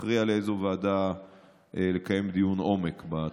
שתכריע איזו ועדה תקיים דיון עומק בתופעה.